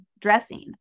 dressing